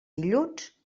dilluns